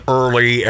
early